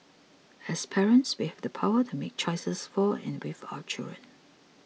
as parents we have the power to make choices for and with our children